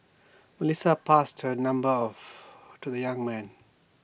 Melissa passed her number of to the young man